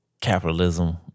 Capitalism